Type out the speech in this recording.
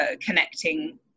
connecting